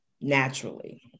naturally